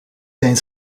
eens